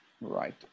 right